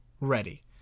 ready